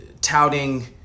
touting